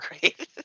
great